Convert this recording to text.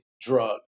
drug